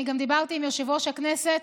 אני גם דיברתי עם יושב-ראש הכנסת,